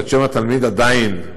את שם התלמיד עדיין לא,